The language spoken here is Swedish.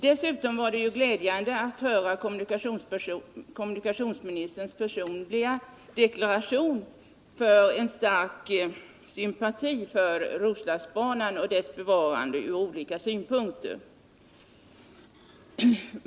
Dessutom var det glädjande att höra kommunikationsministerns personliga deklaration om en stark sympati för Roslagsbanan och dess bevarande från olika synpunkter.